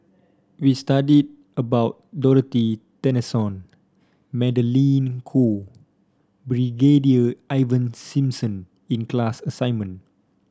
we studied about Dorothy Tessensohn Magdalene Khoo Brigadier Ivan Simson in class assignment